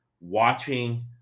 watching